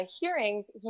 hearings